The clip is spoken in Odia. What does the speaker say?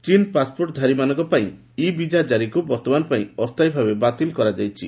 ଚୀନ ପାସ୍ପୋର୍ଟଧାରୀମାନଙ୍କ ପାଇଁ ଇ ବିଜା ଜାରିକୁ ବର୍ତ୍ତମାନ ପାଇଁ ଅସ୍ଥାୟୀ ଭାବେ ବାତିଲ କରାଯାଇଛି